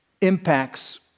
impacts